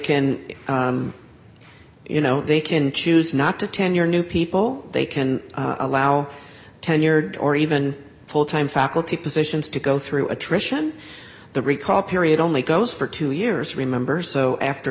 can you know they can choose not to tenure new people they can allow tenured or even full time faculty positions to go through attrition the recall period only goes for two years remember so after